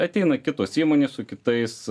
ateina kitos įmonės su kitais